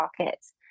pockets